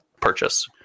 purchase